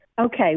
okay